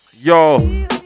Yo